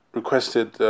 requested